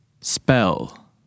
spell